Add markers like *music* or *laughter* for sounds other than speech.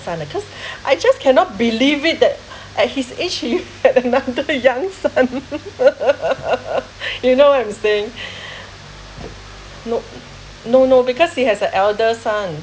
son uh cause *breath* I just cannot believe it that *breath* at his age he has another young son *laughs* *breath* you know what I am saying *breath* no no no because he has a elder son